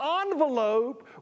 envelope